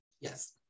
Yes